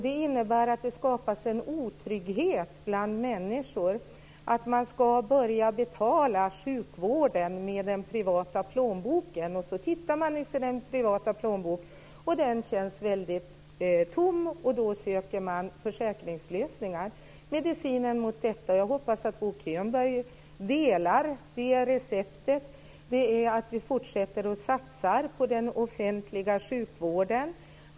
Det innebär att det skapas en otrygghet bland människor, att man ska börja betala sjukvården med den privata plånboken. Då tittar man i sin privata plånbok och den känns väldigt tom. Då söker man försäkringslösningar. Medicinen mot detta - jag hoppas att Bo Könberg delar uppfattning om det receptet - är att vi fortsätter att satsa på den offentliga sjukvården.